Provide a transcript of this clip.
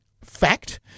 fact